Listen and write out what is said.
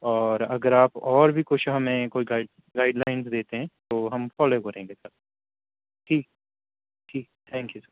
اور اگر آپ اور بھی کچھ ہمیں کوئی گائیڈ گائیڈ لائنز دیتے ہیں تو ہم فالو کریں گے سر ٹھیک ٹھیک ہے سر